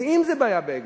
ואם זה בעיה ב"אגד"?